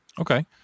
Okay